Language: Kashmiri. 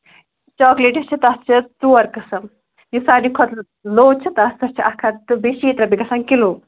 چاکلیٹَس چھِ تَتھ چھِ ژور قٕسٕم یُس سارنی کھۄتہٕ لو چھُ تَتھ سۭتۍ چھِ اکھ ہَتھ تہٕ بیٚیہِ شیٖتھ رۄپیہِ گژھان کِلوٗ